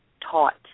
taught